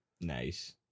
Nice